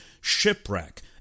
shipwreck